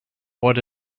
what